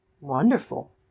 wonderful